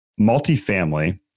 multifamily